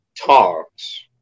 talks